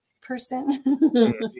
person